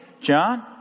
John